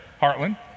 Heartland